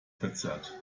verzerrt